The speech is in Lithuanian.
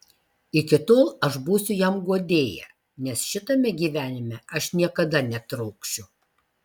iki tol aš būsiu jam guodėja nes šitame gyvenime aš niekada netrokšiu